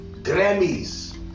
Grammys